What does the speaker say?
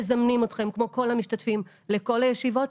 מזמני אתכם כמו כל המשתתפים לכל הישיבות?